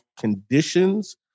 conditions